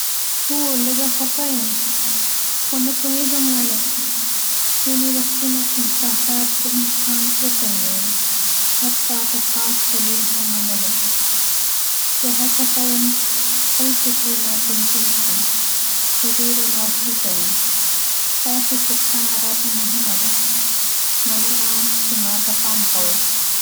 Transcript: هو، لږه خپه یم، خو نه پوهېږم ولې. ځینې وختونه احساسات د انسان زړه تنګوي، حتی که خاص دلیل هم ونه لري. زه هڅه کوم خپل فکرونه تنظیم کړم، خو ډېره مغشوشه یم. ستاسو پوښتنه راته مهمه ده، مننه چې ماته پام کوئ.